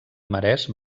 marès